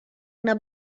una